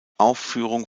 aufführung